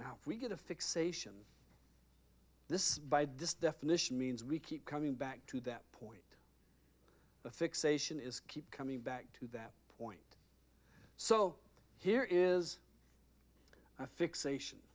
now we get a fixation this by this definition means we keep coming back to that point of fixation is keep coming back to that point so here is a fixation